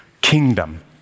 kingdom